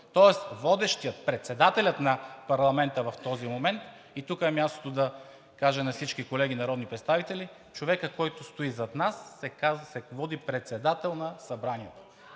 тоест водещият, председателят на парламента в този момент, и тук е мястото да кажа на всички колеги народни представители – човекът, който стои зад нас, се води председател на събранието,